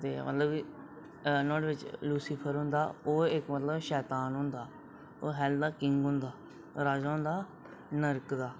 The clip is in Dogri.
मतलब कि नुआड़े बिच लूसीफर होंदा ओह् इक मतलब शैतांन होंदा ओह् हैल्ल दा किंग होंदा राजा होंदा नर्क दा